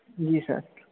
जी sir